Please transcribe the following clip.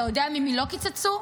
אתה יודע ממי לא קיצצו?